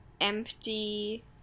empty